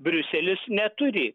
briuselis neturi